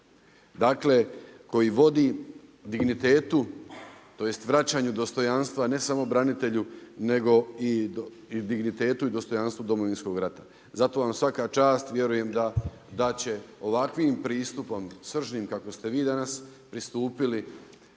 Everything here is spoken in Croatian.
Dakle, koji vodi dignitetu, tj. vraćanju dostojanstva, ne samo branitelju, nego i dignitetu i dostojanstvu Domovinskom ratu. Zato vam svaka čast, vjerujem da će ovakvim pristupom, sržnim kakvim ste vi danas pristupili